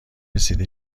رسیده